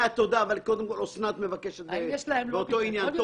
האם יש להם לובי גדול יותר?